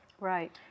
Right